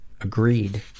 Agreed